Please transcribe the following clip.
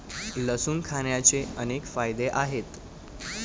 लसूण खाण्याचे अनेक फायदे आहेत